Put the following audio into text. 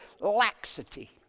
laxity